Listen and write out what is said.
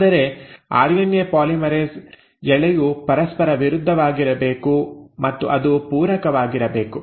ಆದರೆ RNA polymerase ಎಳೆಯು ಪರಸ್ಪರ ವಿರುದ್ಧವಾಗಿರಬೇಕು ಮತ್ತು ಅದು ಪೂರಕವಾಗಿರಬೇಕು